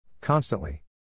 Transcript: Constantly